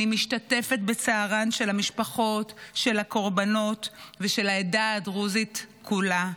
אני משתתפת בצערן של המשפחות של הקורבנות ושל העדה הדרוזית כולה.